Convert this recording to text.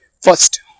First